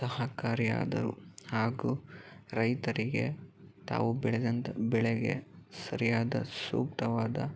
ಸಹಕಾರಿಯಾದರು ಹಾಗೂ ರೈತರಿಗೆ ತಾವು ಬೆಳೆದಂತ ಬೆಳೆಗೆ ಸರಿಯಾದ ಸೂಕ್ತವಾದ